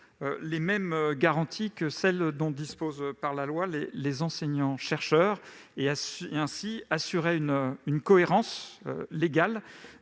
les mêmes garanties que celles dont disposent par la loi les enseignants-chercheurs et d'assurer ainsi une cohérence légale